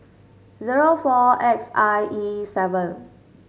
zero four X I E seven